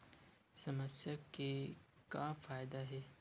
समस्या के का फ़ायदा हे?